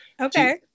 Okay